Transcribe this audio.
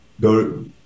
go